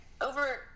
over